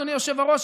אדוני היושב-ראש,